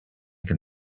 can